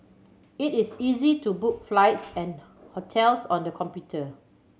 it is easy to book flights and hotels on the computer